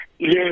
Yes